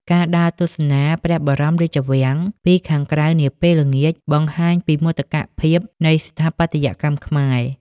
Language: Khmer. ការដើរទស្សនាព្រះបរមរាជវាំងពីខាងក្រៅនាពេលល្ងាច បង្ហាញពីមោទកភាពនៃស្ថាបត្យកម្មខ្មែរ។